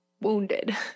Wounded